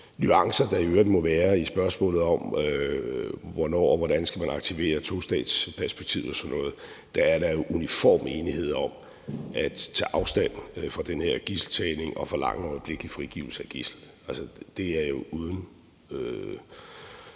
nuancer, der i øvrigt må være i spørgsmålet om, hvornår og hvordan skal man aktivere tostatsperspektivet og sådan noget, jo er uniform enighed om at tage afstand fra den her gidseltagning og forlange en øjeblikkelig frigivelse af gidslerne. Det er jo uden